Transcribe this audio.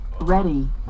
ready